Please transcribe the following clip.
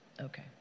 Okay